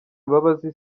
imbabazi